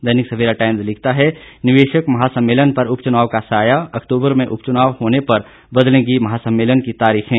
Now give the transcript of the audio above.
दैनिक Savera Times लिखता है निवेशक महासम्मेलन पर उपचुनाव का साया अक्तूबर में उप चुनाव होने पर बदलेंगी महासम्मेलन की तारीखें